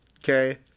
Okay